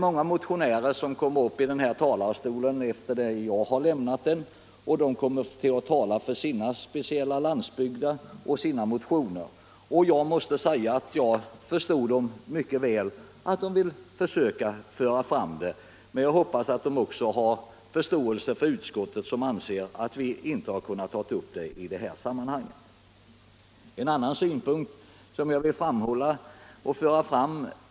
Många motionärer kommer från denna talarstol att tala för sina bygder och sina motioner. Jag förstår mycket väl att de vill försöka föra fram sina synpunkter, men jag hoppas att de också har förståelse för utskottet som anser att vi inte kan ta upp önskemålen i detta sammanhang.